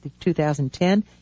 2010